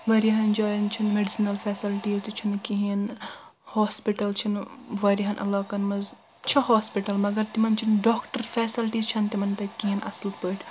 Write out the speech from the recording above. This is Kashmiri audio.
واریاہَن جاین چھِنہٕ میٚڈِسٕنَل فیسلٹیٖز تہِ چھِنہٕ کِہیٖنۍ نہٕ ہاسپٹل چھِنہِ واریاہن علاقن منٛز چھِ ہاسپٹل مگر تِمن منٛز چھِنہٕ ڈاکٹر فیسلٹی چھنہٕ تِمن منٛز تتہِ کہیٖنۍ اصٕل پاٹھۍ